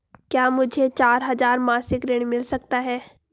क्या मुझे चार हजार मासिक ऋण मिल सकता है?